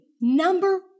number